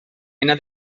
mena